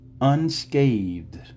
unscathed